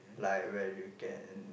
like where you can